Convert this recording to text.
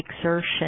exertion